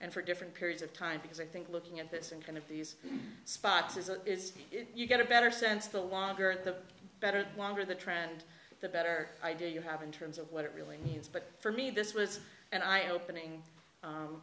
and for different periods of time because i think looking at this in kind of these spots is a is you get a better sense the longer the better the longer the trend the better idea you have in terms of what it really means but for me this was an eye opening